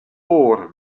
ohr